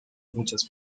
muchas